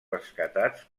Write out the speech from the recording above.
rescatats